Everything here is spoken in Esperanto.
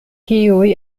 kiuj